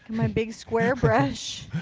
my big square brush.